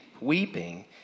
weeping